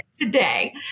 today